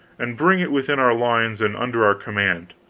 and bring it within our lines and under our command,